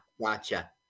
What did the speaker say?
gotcha